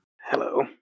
Hello